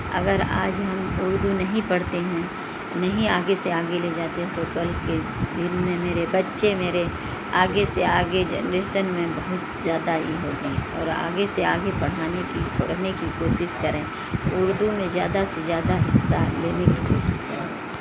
اگر آج ہم اردو نہیں پڑھتے ہیں نہیں آگے سے آگے لے جاتے ہیں تو کل کے دن میں میرے بچے میرے آگے سے آگے جنریسن میں بہت زیادہ ای ہوگی اور آگے سے آگے پڑھانے کی پڑھنے کی کوشش کریں اردو میں زیادہ سے زیادہ حصہ لینے کی کوشش کریں